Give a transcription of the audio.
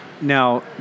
Now